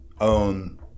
own